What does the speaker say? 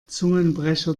zungenbrecher